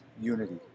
unity